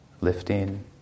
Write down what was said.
lifting